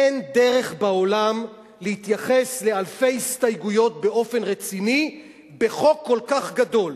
אין דרך בעולם להתייחס באופן רציני לאלפי הסתייגויות בחוק כל כך גדול.